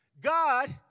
God